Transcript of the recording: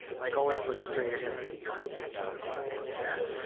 like, always look straight ahead at the urinal, none of that.